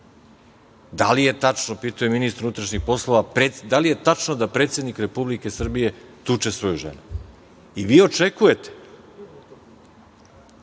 da li je tačno, pitao je ministra unutrašnjih poslova, da li je tačno da predsednik Republike tuče svoju ženu? Vi očekujete